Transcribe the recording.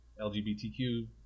LGBTQ